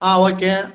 ಆಂ okay